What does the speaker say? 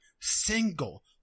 single